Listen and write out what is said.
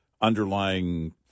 underlying